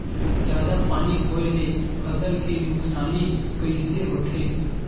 जादा पानी होए ले फसल के नुकसानी कइसे होथे?